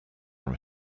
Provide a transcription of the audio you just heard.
from